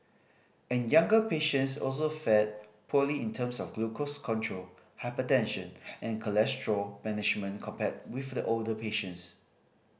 and younger patients also fared poorly in terms of glucose control hypertension and cholesterol management compared with the older patients